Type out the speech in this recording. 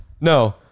No